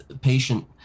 patient